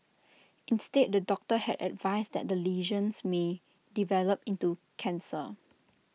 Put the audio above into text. instead the doctor had advised that the lesions may develop into cancer